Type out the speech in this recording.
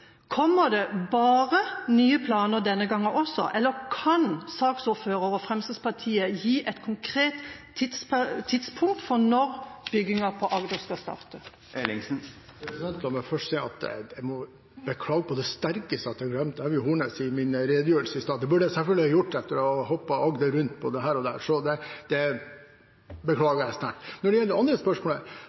Kommer det bare nye planer denne gangen også, eller kan saksordføreren og Fremskrittspartiet gi et konkret tidspunkt for når bygginga på Agder skal starte? La meg først si at jeg må beklage på det sterkeste at jeg glemte Evje og Hornnes i min redegjørelse i stad. Det burde jeg selvfølgelig ikke ha gjort, etter å ha hoppet Agder rundt – både her og der. Så det beklager jeg sterkt. Når det gjelder det andre